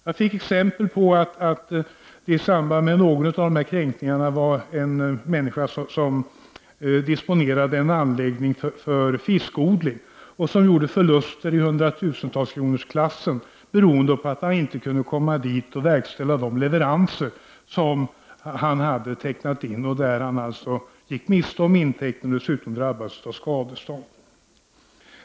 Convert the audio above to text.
Jag fick exempel på att i samband med någon av kränkningarna åsamkades en person som disponerade en anläggning för fiskodling förluster i hundratusenkronorsklassen beroende på att han inte kunde komma dit och verkställa de leveranser som han hade tecknat in, så att han gick miste om intäkten och dessutom drabbades av skadestånd.